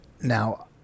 Now